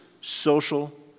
social